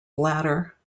bladder